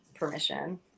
Permission